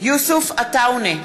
יוסף עטאונה,